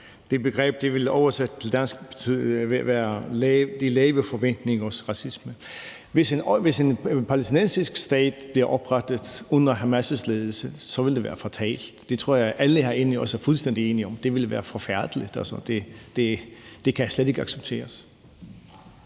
Det begreb vil oversat til dansk være de lave forventninger hos racisme. Hvis en palæstinensisk stat bliver oprettet under Hamas' ledelse, vil det være fatalt. Det tror jeg også alle herinde er fuldstændig enige om ville være forfærdeligt, og at det slet ikke kan accepteres.